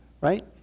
right